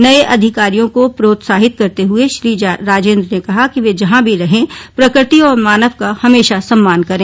नए अधिकारियों को प्रोत्साहित करते हुए श्री राजेन्द्र ने कहा कि वे जहां भी रहें प्रकृति और मानव का हमेशा सम्मान करें